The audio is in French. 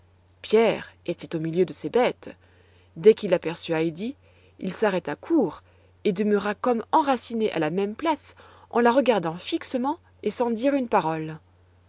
pierre était au milieu de ses bêtes dès qu'il aperçut heidi il s'arrêta court et demeura comme enraciné à la même place en la regardant fixement et sans dire une parole